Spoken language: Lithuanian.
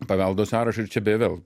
paveldo sąrašą ir čia beje vėl